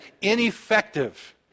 ineffective